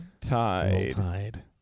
tide